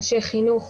אנשי חינוך,